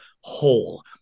whole